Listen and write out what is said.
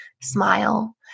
smile